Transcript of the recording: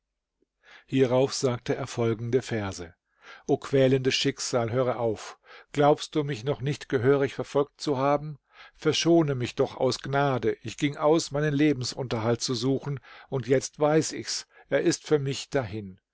hierauf sagte er folgende verse o quälendes schicksal höre auf glaubst du mich noch nicht gehörig verfolgt zu haben verschone mich doch aus gnade ich ging aus meinen lebensunterhalt zu suchen und jetzt weiß ich's er ist für mich dahin